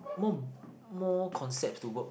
more more concepts to work